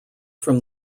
from